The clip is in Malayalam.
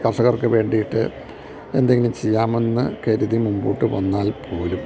കർഷകർക്ക് വേണ്ടീട്ട് എന്തെങ്കിലും ചെയ്യാമെന്ന് കരുതി മുമ്പോട്ട് വന്നാൽ പോലും